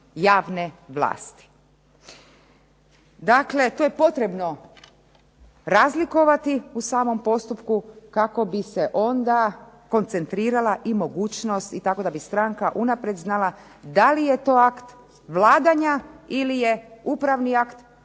javne vlasti. Dakle, to je potrebno razlikovati u samom postupku kako bi se onda koncentrirala i mogućnost i tako da bi stranka unaprijed znala da li je to akt vladanja ili je upravni akt